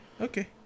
okay